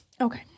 Okay